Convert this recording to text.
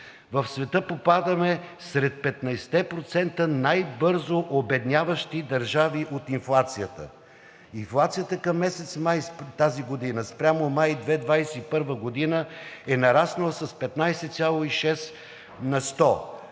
В света попадаме сред 15% най-бързо обедняващи държави от инфлацията. Инфлацията към месец май тази година спрямо май 2021 г. е нараснала с 15,6%.